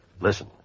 Listen